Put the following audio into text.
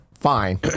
fine